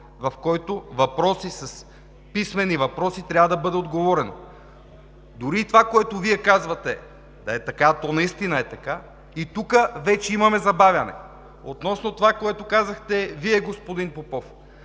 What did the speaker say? в който на писмени въпроси трябва да бъде отговорено. Дори това, което Вие казвате, да е така, а то наистина е така, и тук вече имаме забавяне. Относно това, което казахте Вие, господин Попов.